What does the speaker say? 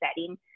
setting